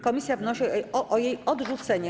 Komisja wnosi o jej odrzucenie.